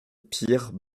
pires